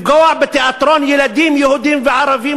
לפגוע בתיאטרון לילדים יהודים וערבים